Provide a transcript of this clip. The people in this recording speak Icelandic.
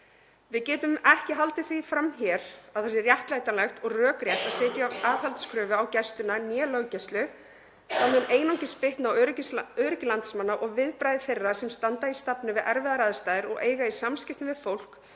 Við getum ekki haldið því fram hér að það sé réttlætanlegt og rökrétt að setja aðhaldskröfu á Gæsluna eða löggæslu, það mun einungis bitna á öryggi landsmanna og viðbragði þeirra sem standa í stafni við erfiðar aðstæður og eiga í samskiptum við fólk